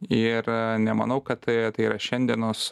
ir nemanau kad tai tai yra šiandienos